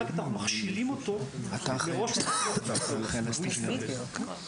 אחרת מכשילים אותו מראש בביצוע תפקידו.